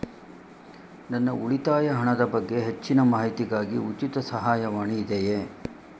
ನನ್ನ ಉಳಿತಾಯ ಹಣದ ಬಗ್ಗೆ ಹೆಚ್ಚಿನ ಮಾಹಿತಿಗಾಗಿ ಉಚಿತ ಸಹಾಯವಾಣಿ ಇದೆಯೇ?